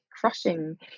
crushing